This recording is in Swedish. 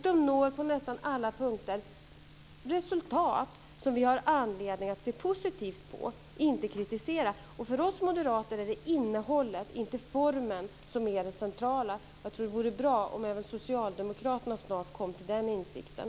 De når på nästan alla punkter resultat som vi har anledning att se positivt på och inte kritisera. För oss Moderater är det innehållet, inte formen, som är det centrala. Jag tror att det vore bra om även Socialdemokraterna snart kunde komma fram till den insikten.